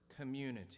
community